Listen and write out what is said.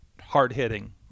hard-hitting